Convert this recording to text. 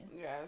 yes